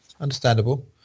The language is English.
understandable